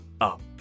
up